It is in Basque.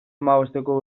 hamabosteko